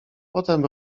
potem